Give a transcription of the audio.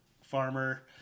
farmer